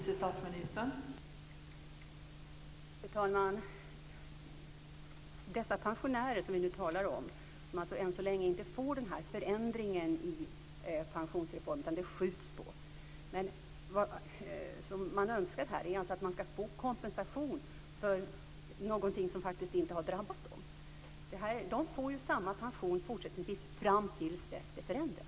Fru talman! Dessa pensionärer som vi nu talar om har alltså än så länge inte fått denna förändring som pensionsreformen innebär, utan den har blivit framskjuten. Men det som det framförs önskemål om är att dessa pensionärer ska få kompensation för någonting som faktiskt inte har drabbat dem. Dessa pensionärer får ju samma pension fram till dess att detta förändras.